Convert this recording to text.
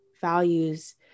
values